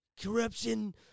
corruption